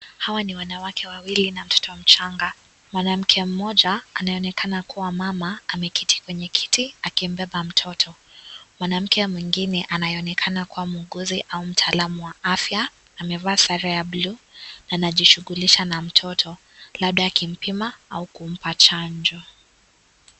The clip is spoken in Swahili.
Hawa wanawake wawili na mtoto mchanga, mwanamke mmoja anaonekana kuwa mama ameketi kwenye kiti akimbeba mtoto, mwanamke mwingine anayeonekana kuwa muuguzi au mtaalam wa afya amevaa sare ya bulu anajishugulisha na mtoto labda akimpima au kumpa chanjo.